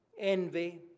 envy